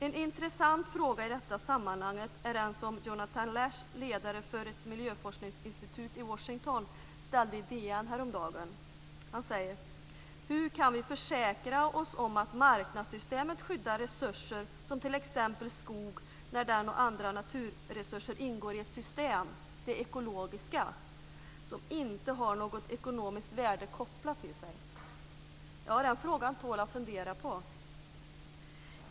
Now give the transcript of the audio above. En intressant fråga i detta sammanhang är den som Washington, ställde i DN häromdagen. Han frågar: Hur kan vi försäkra oss om att marknadssystemet skyddar resurser som t.ex. skog, när den och andra naturresurser ingår i ett system - det ekologiska - som inte har något ekonomiskt värde kopplat till sig? Ja, den frågan tål att fundera på!